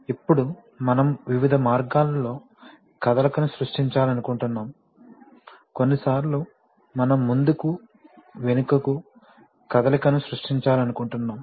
ఇప్పుడు మనం వివిధ మార్గాల్లో కదలికను సృష్టించాలనుకుంటున్నాము కొన్నిసార్లు మనం ముందుకు వెనుకకు కదలికను సృష్టించాలనుకుంటున్నాము